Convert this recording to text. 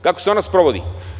Kako se ona sprovodi?